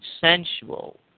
sensual